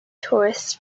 tourists